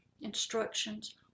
instructions